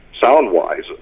sound-wise